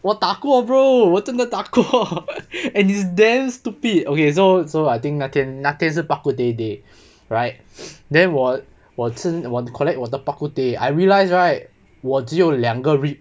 我打过 bro 我真的打过 and it's damn stupid okay so so I think 那天那天是 bak-kut-teh day right then 我我吃我 collect 我的 bak kut teh I realise right 我只有两个 rib